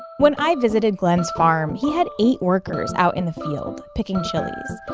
when i visited glen's farm, he had eight workers out in the field, picking chilis.